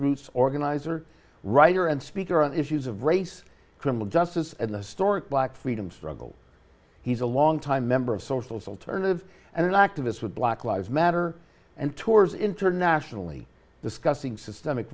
grassroots organizer writer and speaker on issues of race criminal justice and the stuart black freedom struggle he's a long time member of socials alternative and activists with black lives matter and tours internationally discussing systemic